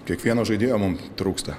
kiekvieno žaidėjo mum trūksta